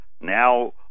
now